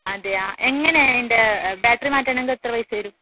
അതെയാ എങ്ങനെ ഇതിന്റെ ബാറ്ററി മാറ്റണമെങ്കിൽ എത്ര പൈസ വരും